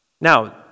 Now